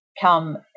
come